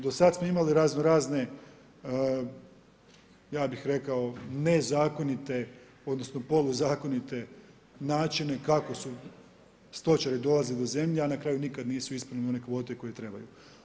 Do sad smo imali razno razne, ja bih rekao, nezakonite, odnosno, protuzakonite načine kako su stočari dolazili do zemlje, a na kraju nikad nisu ispunili one kvote koji trebaju.